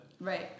Right